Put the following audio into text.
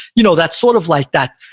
you know, that's sort of like that,